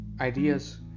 ideas